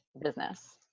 business